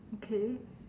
okay